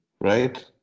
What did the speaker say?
right